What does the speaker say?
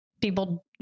people